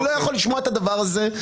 אני לא יכול לשמוע את הדבר הזה.